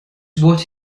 what